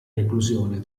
reclusione